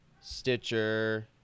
Stitcher